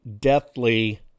deathly